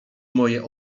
moje